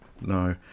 no